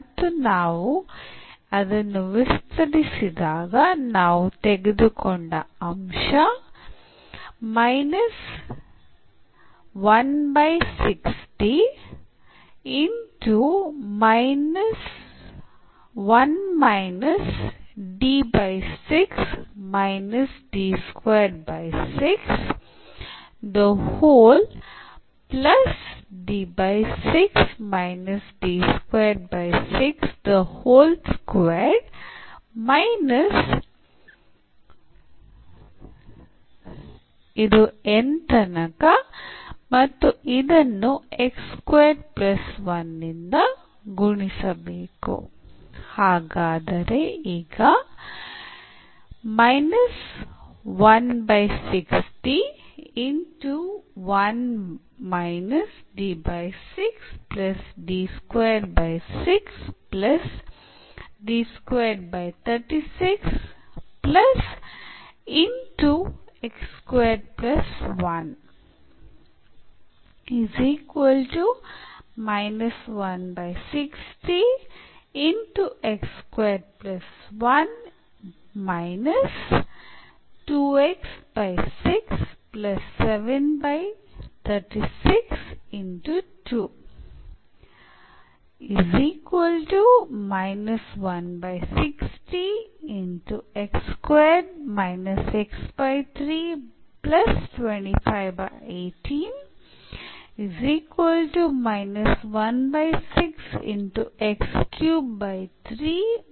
ಮತ್ತು ನಾವು ಅದನ್ನು ವಿಸ್ತರಿಸಿದಾಗ ನಾವು ತೆಗೆದುಕೊಂಡ ಅಂಶ ಹಾಗಾದರೆ ಈಗ X ಆಗಿದ್ದಾಗ ಇದು ನೇರ ಸೂತ್ರವಾಗಿದೆ